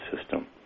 system